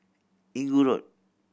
Inggu Road